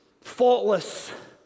faultless